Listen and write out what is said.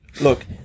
Look